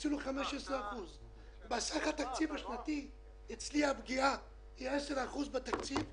קיצצו לה 15%. בסך התקציב השנתי אצלי הפגיעה היא 10% או 9% בתקציב,